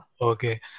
Okay